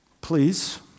Please